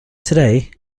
today